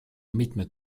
mitmed